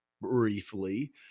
briefly